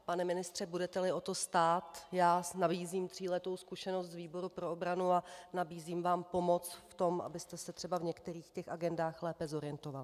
Pane ministře, budeteli o to stát, nabízím tříletou zkušenost z výboru pro obranu a nabízím vám pomoc v tom, abyste se třeba v některých těch agendách lépe zorientoval.